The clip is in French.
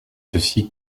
ceci